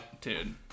Dude